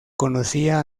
conocía